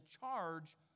charge